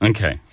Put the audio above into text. Okay